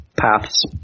paths